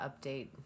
update